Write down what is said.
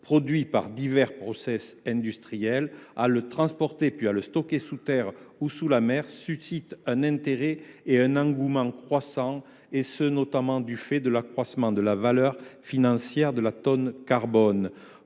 produit par divers processus industriels, à le transporter, puis à le stocker sous la terre ou sous la mer, suscitent un intérêt et un engouement croissants, notamment du fait de l’accroissement de la valeur financière de la tonne de carbone.